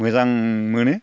मोजां मोनो